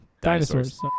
Dinosaurs